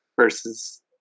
versus